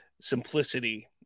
simplicity